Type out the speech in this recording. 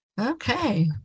Okay